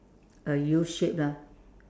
a U shape lah